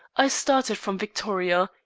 i started from victoria,